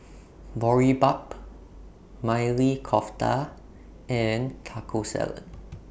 Boribap Maili Kofta and Taco Salad